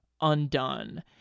undone